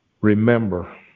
remember